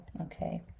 Okay